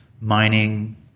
mining